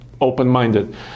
open-minded